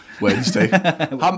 Wednesday